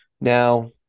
now